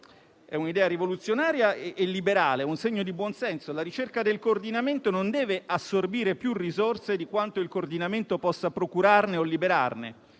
È un'idea rivoluzionaria e liberale e un segno di buon senso: la ricerca del coordinamento non deve assorbire più risorse di quanto il coordinamento possa procurarne o liberarne,